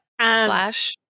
slash